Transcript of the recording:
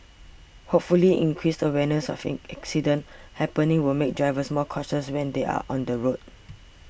hopefully increased awareness of accidents happening would make drivers more cautious when they are on the roads